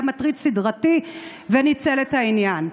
היה מטריד סדרתי וניצל את העניין.